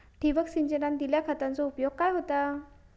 ठिबक सिंचनान दिल्या खतांचो उपयोग होता काय?